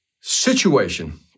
Situation